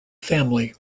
family